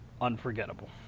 unforgettable